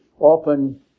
often